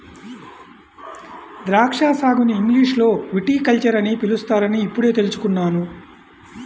ద్రాక్షా సాగుని ఇంగ్లీషులో విటికల్చర్ అని పిలుస్తారని ఇప్పుడే తెల్సుకున్నాను